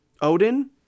Odin